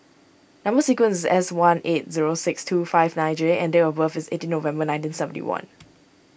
Number Sequence is S one eight zero six two five nine J and date of birth is eighteen November nineteen seventy one